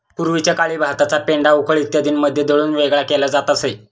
पूर्वीच्या काळी भाताचा पेंढा उखळ इत्यादींमध्ये दळून वेगळा केला जात असे